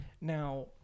Now